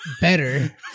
better